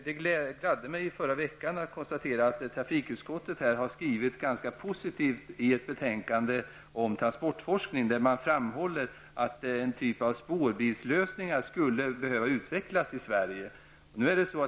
Det gladde mig att i förra veckan kunna konstatera att trafikutskottet i ett betänkande har skrivit ganska positivt om transportforskning. Man framhåller där att en typ av spårbilslösningar skulle behövas utvecklas i Sverige.